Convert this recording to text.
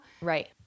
Right